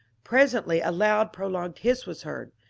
presently a loud prolonged hiss was heard.